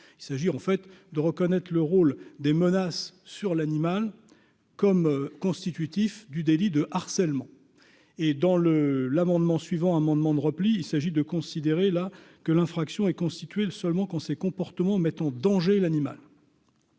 il s'agit en fait de reconnaître le rôle des menaces sur l'animal comme constitutifs du délit de harcèlement et dans le l'amendement suivant amendement de repli, il s'agit de considérer la que l'infraction est constituée l'seulement quand ces comportements mettent en danger l'animal.